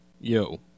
Yo